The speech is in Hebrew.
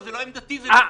זה לא עמדתי, אלה הנתונים.